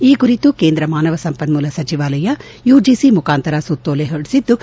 ಈ ಕುರಿತು ಕೇಂದ್ರ ಮಾನವ ಸಂಪನ್ನೂಲ ಸಚಿವಾಲಯ ಯುಜಿಸಿ ಮುಖಾಂತರ ಸುತ್ತೋಲೆ ಹೊರಡಿಸಿದ್ಲು